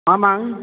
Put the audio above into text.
ஆமாம்ங்க